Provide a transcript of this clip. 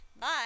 Bye